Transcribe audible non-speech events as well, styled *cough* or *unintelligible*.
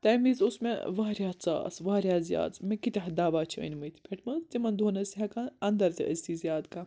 تَمہِ وِز اوس مےٚ واریاہ ژاس واریاہ زیادٕ مےٚ کۭتیٛاہ دوا چھِ أنۍمٕتۍ *unintelligible* تِمن دۄہن ٲسۍ ہٮ۪کان انٛدر تہِ أژۍتھٕے زیاد کانٛہہ